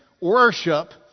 worship